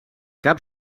cap